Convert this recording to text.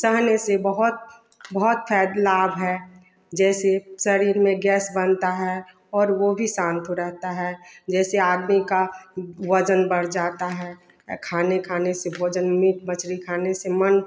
सहने से बहुत बहुत फैद लाभ है जैसे शरीर में गैस बनता है और वो भी शांत रहता है जैसे आदमी का वजन बढ़ जाता है खाने खाने से वजन मीट मछली खाने से मन